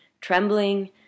trembling